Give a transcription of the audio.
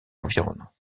environnant